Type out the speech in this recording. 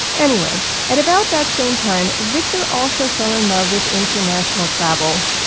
anyway, at about that same time, victor also fell in love with international travel.